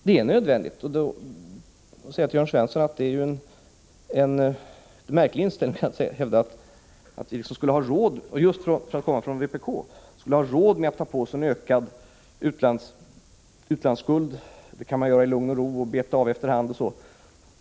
Jag vill säga till Jörn Svensson att det tyder på en märklig inställning — just för att komma från vpk — att hävda att vi skulle ha råd att ta på oss en ökad utlandsskuld och sedan i lugn och ro beta av den.